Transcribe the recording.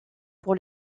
pour